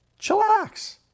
chillax